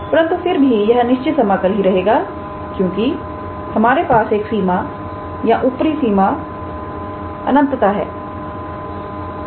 परंतु फिर भी यह अनिश्चित समाकल ही रहेगा क्योंकि हमारे पास एक सीमा या ऊपरी सीमा अनंतता है